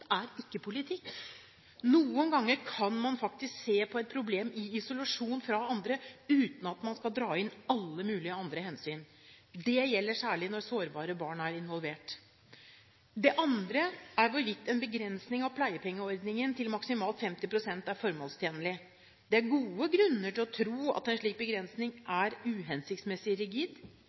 er ikke politikk. Noen ganger kan man faktisk se på et problem isolert, uten at man skal dra inn alle mulige andre hensyn. Det gjelder særlig når sårbare barn er involvert. Det andre er hvorvidt en begrensning av pleiepengeordningen til maksimalt 50 pst. er formålstjenlig. Det er gode grunner til å tro at en slik begrensning er uhensiktsmessig rigid.